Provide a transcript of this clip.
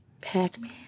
Pac-Man